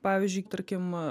pavyzdžiui tarkim